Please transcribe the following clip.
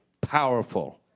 powerful